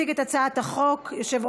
עברה